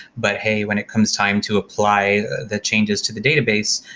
but, hey, when it comes time to apply the changes to the database,